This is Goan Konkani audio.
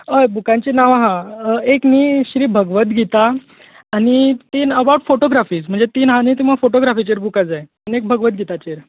हय बुकांची नावां हा एक न्ही श्री भगवद गिता आनी तीन एबाव्ट फॉटोग्राफीज म्हणजे तीन हा न्हीं ती म्हाका फॉटोग्राफिचेर बुकां जाय आनी एक भगवद गिताचेर